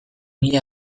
mila